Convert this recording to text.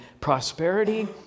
prosperity